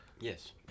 Yes